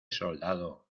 soldado